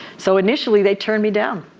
so initially they turned me down.